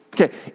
Okay